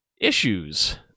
issues